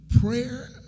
prayer